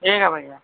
ٹھیک ہے بھیا